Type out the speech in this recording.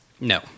No